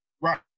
Right